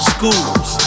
Schools